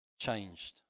changed